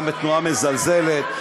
גם תנועה מזלזלת,